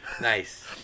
Nice